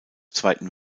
zweiten